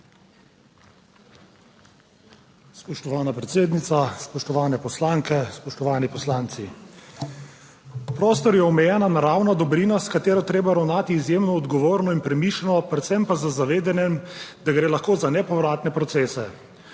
Spoštovana predsednica, spoštovane poslanke, spoštovani poslanci! Prostor je omejena naravna dobrina, s katero je treba ravnati izjemno odgovorno in premišljeno, predvsem pa z zavedanjem, da gre lahko za nepovratne procese.